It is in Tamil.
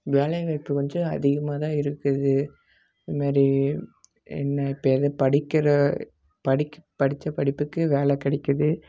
வேலை வாய்ப்பு கொஞ்சம் அதிகமாக தான் இருக்குது இது மாரி என்ன இப்போ எது படிக்கிற படிக் படித்த படிப்புக்கு வேலை கிடைக்கிது